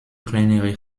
kleinere